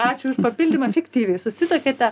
ačiū už papildymą fiktyviai susituokėte